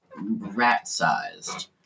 rat-sized